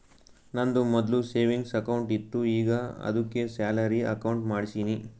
ನಂದು ಮೊದ್ಲು savings account ಇತ್ತು ಈಗ ಆದ್ದುಕೆ ಸ್ಯಾಲರಿ ಅಕೌಂಟ್ ಮಾಡ್ಸಿನಿ